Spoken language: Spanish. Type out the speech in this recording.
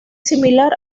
similar